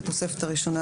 בתוספת הראשונה,